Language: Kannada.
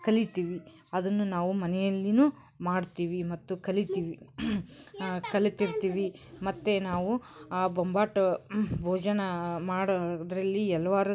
ಕಲೀತೀವಿ ಅದನ್ನು ನಾವು ಮನೆಯಲ್ಲಿಯೂ ಮಾಡ್ತೀವಿ ಮತ್ತು ಕಲೀತೀವಿ ಕಲೀತಿರ್ತೀವಿ ಮತ್ತು ನಾವು ಆ ಬೊಂಬಾಟ್ ಭೋಜನ ಮಾಡೋದರಲ್ಲಿ ಹಲ್ವಾರು